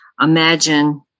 imagine